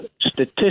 statistics